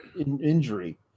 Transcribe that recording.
injury